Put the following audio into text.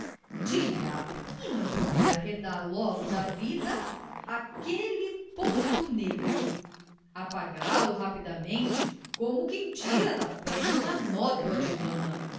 diabo e não poder arredar logo da vida aquele ponto negro apagá lo rapidamente como quem tira da pele uma nódoa de lama